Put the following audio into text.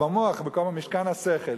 במוח משכן השכל.